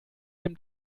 dem